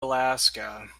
alaska